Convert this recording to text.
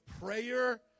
prayer